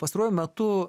pastaruoju metu